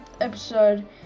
episode